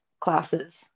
classes